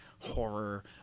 horror